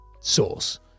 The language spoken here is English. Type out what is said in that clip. source